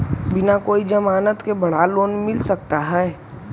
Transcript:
बिना कोई जमानत के बड़ा लोन मिल सकता है?